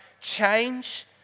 change